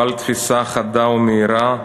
בעל תפיסה חדה ומהירה,